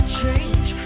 change